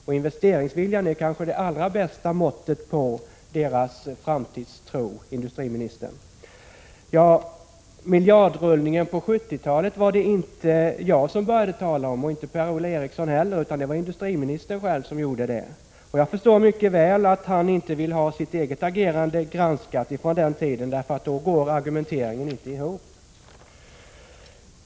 Och investeringsviljan är kanske det allra bästa måttet på småföretagens framtidstro, industriministern. Det var inte jag eller Per-Ola Eriksson som började tala om miljardrullningen på 70-talet, utan det var industriministern själv som gjorde det. Jag förstår mycket väl att industriministern inte vill ha sitt eget agerande från den tiden granskat, eftersom hans argumentering då inte går ihop.